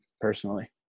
personally